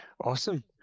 awesome